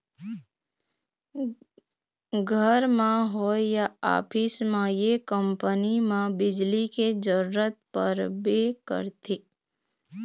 घर म होए या ऑफिस म ये कंपनी म बिजली के जरूरत परबे करथे